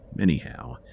Anyhow